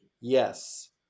yes